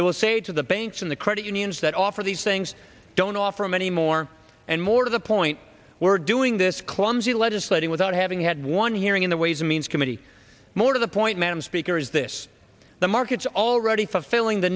it will say to the banks and the credit unions that offer these things don't offer him any more and more to the point we're doing this clumsy legislating without having had one hearing in the ways and means committee more to the point madam speaker is this the market's already